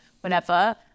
whenever